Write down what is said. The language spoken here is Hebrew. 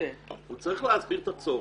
הוא צריך להסביר את הצורך,